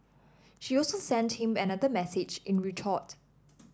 she also sent him another message in retort